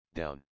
down